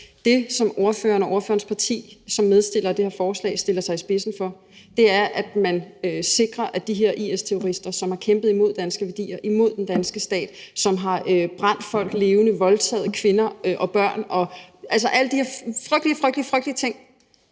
Det, som spørgeren og spørgerens parti som medforslagsstillere af det her forslag stiller sig i spidsen for, er, at man sikrer, at de her IS-terrorister, som har kæmpet imod danske værdier, imod den danske stat; som har brændt folk levende og voldtaget kvinder og børn – altså, alle de her frygtelige, frygtelige ting